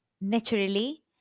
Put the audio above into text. naturally